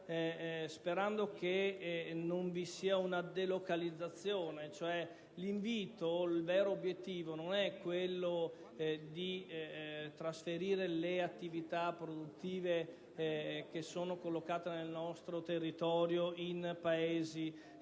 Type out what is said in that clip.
sperando che non vi sia una delocalizzazione. L'invito, il vero obiettivo non è quello di trasferire le attività produttive collocate nel nostro territorio in Paesi